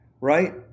right